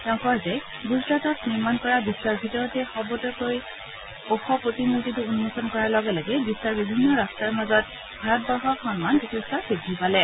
তেওঁ কয় যে গুজৰাটত নিৰ্মাণ কৰা বিশ্বৰ ভিতৰতে সবাতোকৈ ওখ প্ৰতিমূৰ্তিটো উম্মোচন কৰাৰ লগে লগে বিশ্বৰ বিভিন্ন ৰট্টৰ মাজত ভাৰতবৰ্ষৰ সন্মান যথেষ্ট বৃদ্ধি পালে